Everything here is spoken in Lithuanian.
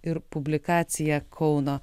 ir publikacija kauno